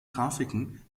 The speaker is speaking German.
graphiken